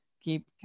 keep